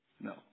No